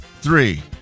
three